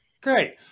Great